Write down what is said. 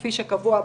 כפי שקבוע בחוק,